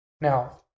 Now